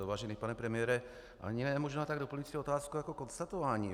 Vážený pane premiére, ani ne možná tak doplňující otázku jako konstatování.